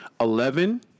eleven